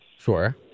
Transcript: Sure